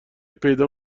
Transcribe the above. پیدا